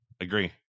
agree